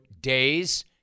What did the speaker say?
days